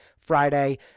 Friday